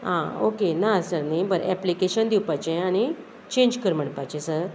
आ okay ना sir न्ही बरें एप्लिकेशन दिवपाचें आनी चेंज कर म्हणपाचें सर